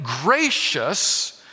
gracious